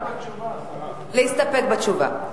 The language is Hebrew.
להסתפק בתשובה.